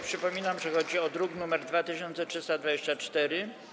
Przypominam, że chodzi o druk nr 2324.